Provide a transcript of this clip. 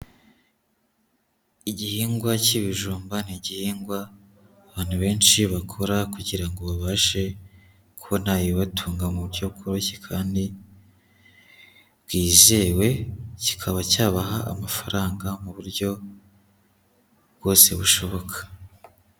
Igihingwa cy'ibijumba, ni igihingwa abantu benshi bakora kugira ngo babashe kubona ibibatunga mu byo bworoshye kandi bwizewe, kikaba cyabaha amafaranga mu buryo bwose bushoboka.